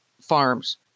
farms